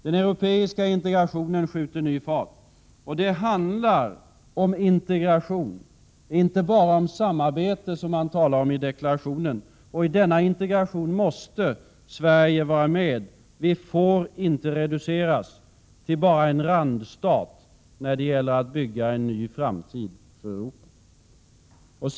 Den europeiska integrationen skjuter ny fart. Och det handlar om integration, inte bara om samarbete, som det talas om i deklarationen. I denna integration måste Sverige vara med. Sverige får inte reduceras till bara en randstat när det gäller att bygga en ny framtid för Europa.